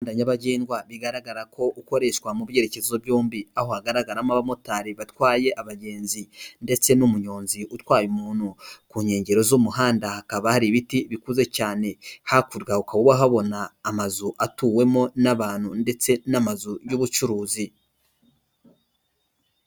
Nyabagendwa bigaragara ko ukoreshwa mu byerekezo byombi aho hagaragaramo abamotari batwaye abagenzi, ndetse n'umunyonzi utwaye umuntu ku nkengero z'umuhanda hakaba hari ibiti bikuze cyane hapfuragaba habona amazu atuwemo n'abantu ndetse n'amazu y'ubucuruzi.